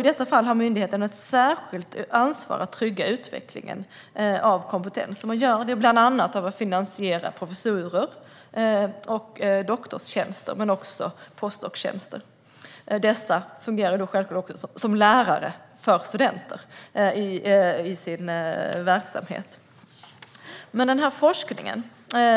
I dessa fall har myndigheterna ett särskilt ansvar för att trygga utvecklingen av kompetens. Detta gör man bland annat genom att finansiera professurer, doktorstjänster och postdoktorstjänster. Personerna på dessa tjänster fungerar självklart också som lärare för studenter i sin verksamhet. Den här forskningen